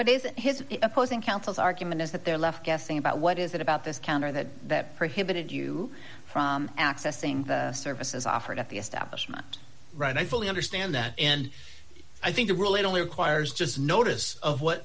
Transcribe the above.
gave his opposing counsel's argument is that they're left guessing about what is it about this counter that that prohibited you from accessing the services offered at the establishment write i fully understand that and i think the rule it only requires just notice of what